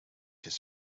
his